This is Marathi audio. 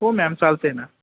हो मॅम चालत आहे ना